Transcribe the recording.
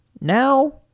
Now